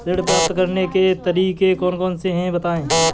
ऋण प्राप्त करने के तरीके कौन कौन से हैं बताएँ?